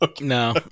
No